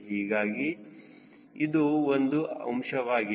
ಹೀಗಾಗಿ ಇದು ಒಂದು ಅಂಶವಾಗಿದೆ